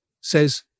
says